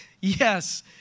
Yes